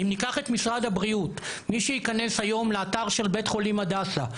אם ניקח את משרד הבריאות מי שייכנס היום לאתר של בית חולים הדסה,